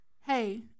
hey